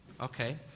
Okay